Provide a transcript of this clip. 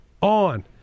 On